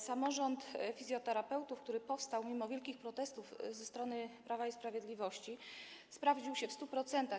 Samorząd fizjoterapeutów, który powstał mimo wielkich protestów ze strony Prawa i Sprawiedliwości, sprawdził się w 100%.